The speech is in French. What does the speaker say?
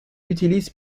utilise